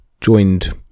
joined